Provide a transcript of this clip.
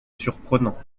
surprenant